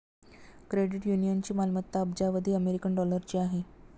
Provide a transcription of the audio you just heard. credit युनियनची मालमत्ता अब्जावधी अमेरिकन डॉलरची आहे